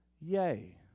Yay